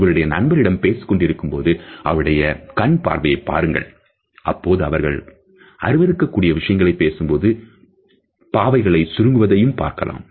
உங்களுடைய நண்பரிடம் பேசிக் கொண்டிருக்கும் போது அவருடைய கண்பார்வையை பாருங்கள் அப்பொழுது அவர்கள் அருவருக்க கூடிய விஷயங்களைப் பேசும்போது பாவைகள் சுருங்குவதை பார்க்கலாம்